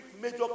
major